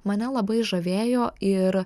mane labai žavėjo ir